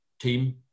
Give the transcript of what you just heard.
team